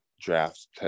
drafts